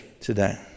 today